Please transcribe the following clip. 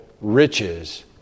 riches